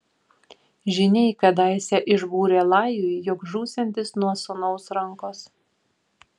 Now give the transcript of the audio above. žyniai kadaise išbūrė lajui jog žūsiantis nuo sūnaus rankos